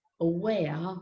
aware